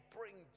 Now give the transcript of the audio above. bring